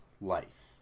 life